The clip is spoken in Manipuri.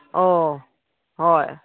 ꯑꯣ ꯍꯣꯏ